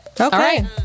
Okay